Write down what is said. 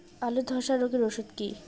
আলুর ধসা রোগের ওষুধ কি?